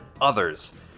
others